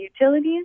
utilities